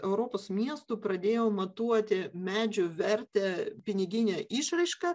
europos miestų pradėjo matuoti medžių vertę pinigine išraiška